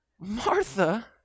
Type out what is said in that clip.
martha